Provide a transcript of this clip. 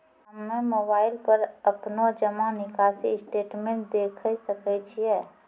हम्मय मोबाइल पर अपनो जमा निकासी स्टेटमेंट देखय सकय छियै?